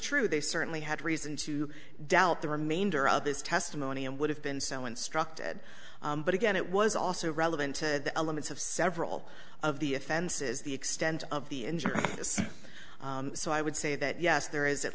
true they certainly had reason to doubt the remainder of this testimony and would have been so instructed but again it was also relevant to the elements of several of the offenses the extent of the injury so i would say that yes there is at